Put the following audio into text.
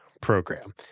program